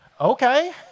okay